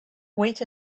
wait